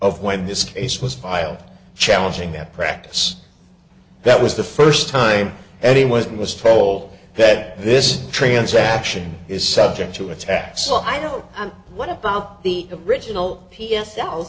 of when this case was filed challenging that practice that was the first time anyone was told that this transaction is subject to attack so i know what about the original